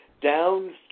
down